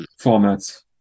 formats